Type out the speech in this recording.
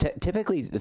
typically